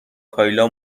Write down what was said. کایلا